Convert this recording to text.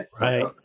Right